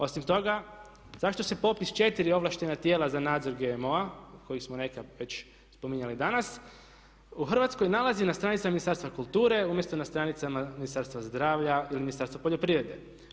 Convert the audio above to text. Osim toga zašto se popis 4 ovlaštena tijela za nadzor GMO-a od kojih smo neka već spominjali danas u Hrvatskoj nalazi na stranicama Ministarstva kulture umjesto na stranicama Ministarstva zdravlja ili Ministarstva poljoprivrede.